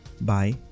Bye